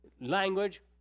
language